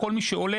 כל מי שעולה,